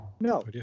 No